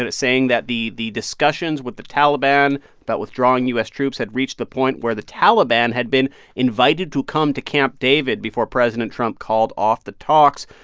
saying that the the discussions with the taliban about withdrawing u s. troops had reached the point where the taliban had been invited to come to camp david, before president trump called off the talks.